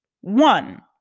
One